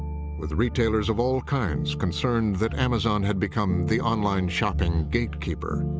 with retailers of all kinds concerned that amazon had become the online-shopping gatekeeper.